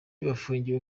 bafungiwe